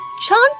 chant